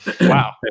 Wow